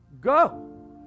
go